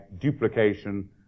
duplication